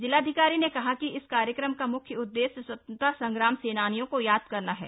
जिलाधिकारी ने कहा कि इस कार्यक्रम का म्ख्य उद्देश्य स्वतन्त्रता संग्राम सेनानियों को याद करना है